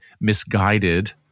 misguided